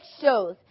shows